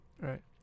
Right